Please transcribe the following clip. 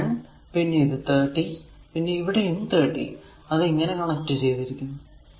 ഇത് 10 Ω പിന്നെ ഇത് 30 Ω പിന്നെ ഇവിടെയും 30 Ω അത് ഇങ്ങനെ കണക്ട് ചെയ്തിരിക്കുന്നു